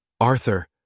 Arthur